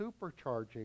supercharging